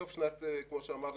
כמו שאמרנו,